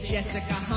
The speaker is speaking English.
Jessica